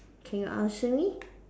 can you answer me